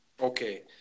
Okay